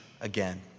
again